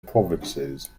provinces